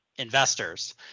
investors